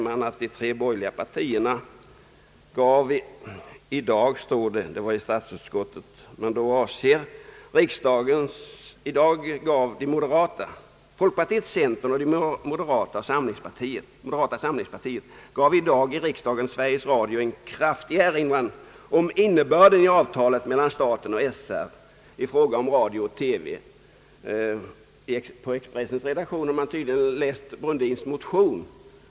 Man fortsätter att folkpartiet, centern och moderata samlingspartiet i riksdagen givit Sveriges Radio en kraftig erinran beträffande innebörden i avtalet mellan staten och Sveriges Radio i fråga om radio och TV. På Expressens redaktion har man tydligen läst herr Brundins motion.